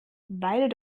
weil